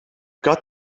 got